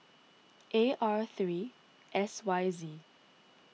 A R three S Y Z